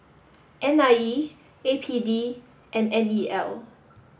N I E A P D and N E L